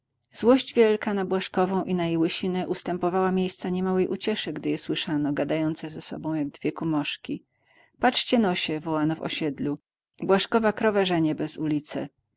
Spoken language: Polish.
złość wielka na błażkową i na jej łysinę ustępowała miejsca niemałej uciesze gdy je słyszano gadające ze sobą jak dwie kumoszki patrzcieno się wołano w osiedlu błażkowa krowę żenie bez ulicę